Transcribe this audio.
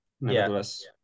nevertheless